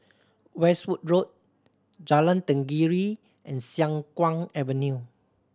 Westwood Road Jalan Tenggiri and Siang Kuang Avenue